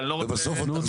אבל אני לא רוצה.